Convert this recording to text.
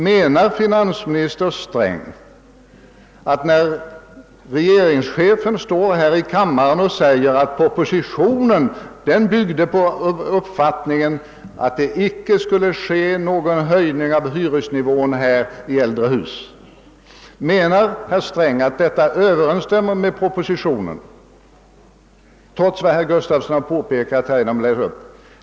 Menar finansministern, att när regeringschefen står här i kammaren och säger att propositionen byggde på uppfattningen att det inte skulle bli någon höjning av hyresnivån i äldre hus, så överensstämmer detta med vad som skrives i propositionen?